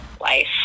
life